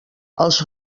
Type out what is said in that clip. els